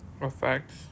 Effects